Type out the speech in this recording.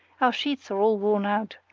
our sheets are all worn out,